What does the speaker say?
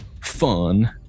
fun